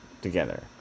together